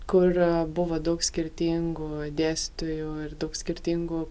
kurioje buvo daug skirtingų dėstytojų ir daug skirtingų